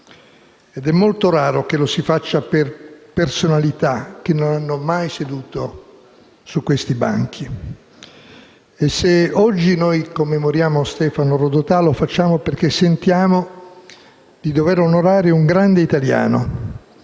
ed è molto raro che lo si faccia per personalità che non hanno mai seduto su questi banchi. Se oggi commemoriamo Stefano Rodotà, lo facciamo perché sentiamo di dover onorare un grande italiano,